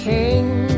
King